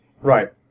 Right